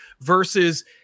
versus